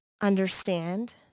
understand